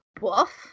woof